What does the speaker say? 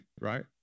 right